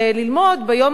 ביום הראשון,